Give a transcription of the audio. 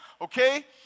okay